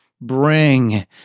bring